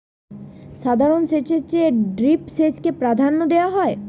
সাধারণ সেচের চেয়ে ড্রিপ সেচকে প্রাধান্য দেওয়া হয়